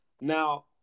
Now